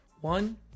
One